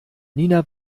nina